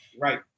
Right